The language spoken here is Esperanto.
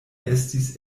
estis